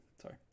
sorry